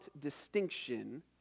distinction